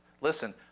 listen